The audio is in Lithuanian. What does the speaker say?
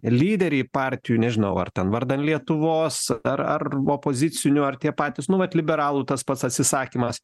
lyderiai partijų nežinau ar ten vardan lietuvos ar ar opozicinių ar tie patys nu vat liberalų tas pats atsisakymas